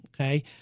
okay